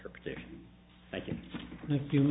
for protection i can do